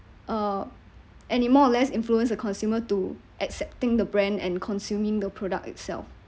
uh any more or less influence a consumer to accepting the brand and consuming the product itself